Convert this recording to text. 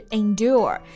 endure